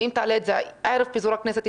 ואם תעלה את זה ערב פיזור הכנסת,